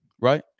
right